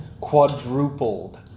quadrupled